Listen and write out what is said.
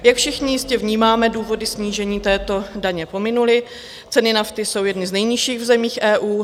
Jak všichni jistě vnímáme, důvody snížení této daně pominuly, ceny nafty jsou jedny z nejnižších v zemích EU.